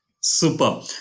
Super